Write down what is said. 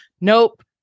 nope